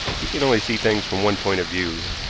he can only see things from one point of view.